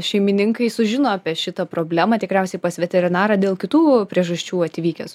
šeimininkai sužino apie šitą problemą tikriausiai pas veterinarą dėl kitų priežasčių atvykęs